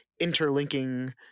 interlinking